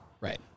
Right